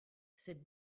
cette